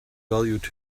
valued